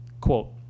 Quote